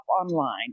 online